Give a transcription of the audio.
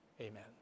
Amen